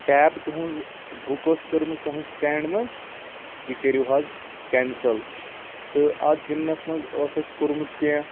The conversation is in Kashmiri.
کیب تُہںٛز بُک أسۍ کٔرمٕژ تُہنٛد سِٹیٚنٛڈ منٛز یہِ کٔرِو حظ کینسٕل تہٕ اَتھ زِمنَس منٛز اوس اَسہِ کوٚرمُت کیٚنٛہہ